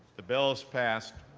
the bill is passed.